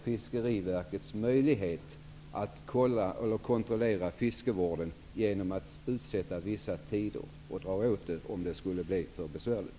Fiskeriverket har möjlighet att kontrollera fiskevården genom att sätta ut vissa tider och göra inskränkningar om det skulle bli för besvärligt.